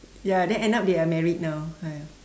ya then end up they are married now !aiya!